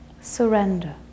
surrender